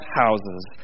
houses